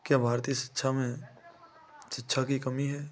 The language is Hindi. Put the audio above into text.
क्या भारतीय शिक्षा में शिक्षा की कमी है